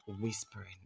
whispering